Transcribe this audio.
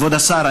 כבוד השר,